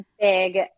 big